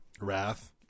wrath